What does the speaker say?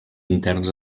interns